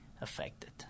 affected